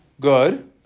good